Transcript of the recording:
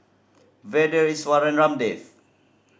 Vedre Iswaran Ramdev